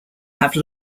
have